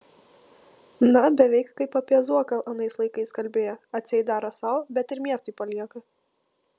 na beveik kaip apie zuoką anais laikais kalbėjo atseit daro sau bet ir miestui palieka